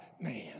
man